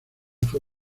fue